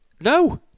No